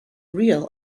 real